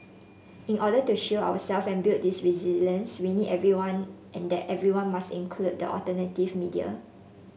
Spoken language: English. in order to shield ourselves and build this resilience we need everyone and that everyone must include the alternative media